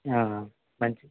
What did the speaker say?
మంచిది